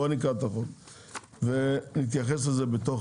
בואו נקרא את החוק ונתייחס לסעיפים.